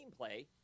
gameplay